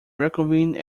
reconvene